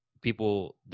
people